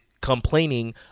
complaining